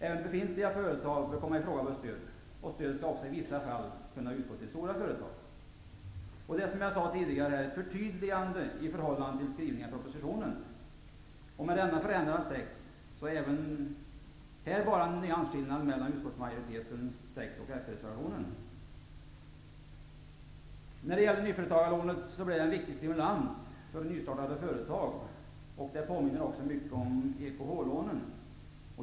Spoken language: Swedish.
Även befintliga företag bör komma i fråga för stöd. Stödet skall i vissa fall även kunna utgå till stora företag. Detta är, som jag sade tidigare, ett förtydligande i förhållande till skrivningarna i propositionen. Med dessa förändringar i texten är det även på denna punkt bara nyansskillnader mellan utskottsmajoritetens text och s-reservationen. Nyföretagarlånen blir en viktig stimulans för nystartade företag, och de påminner om EKH lånen.